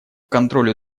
контролю